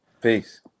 Peace